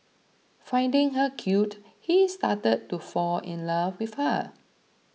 finding her cute he started to fall in love with her